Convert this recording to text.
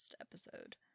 episode